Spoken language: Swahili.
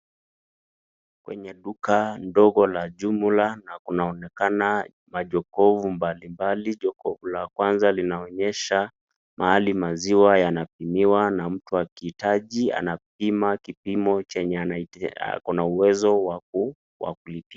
Kwenye duka ndogo la jumla na kunaonekana majokofu mbalimbali, jokofu la kwanza linaonyesha mahali maziwa inapimiwa na mtu akihitaji anapima kipimo chenye ako na uwezo wa kulipia.